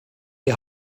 die